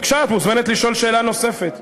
בבקשה, את מוזמנת לשאול שאלה נוספת.